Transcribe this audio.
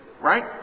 right